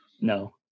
No